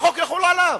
החוק יחול עליו,